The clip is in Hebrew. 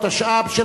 התשע"ב 2011,